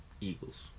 Eagles